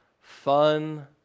fun